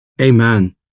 Amen